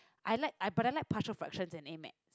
I like I but I like partial fraction and AddMath